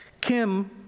Kim